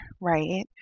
right